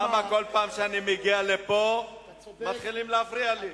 למה בכל פעם שאני מגיע לפה מפריעים לי?